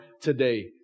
today